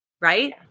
right